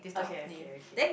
okay okay okay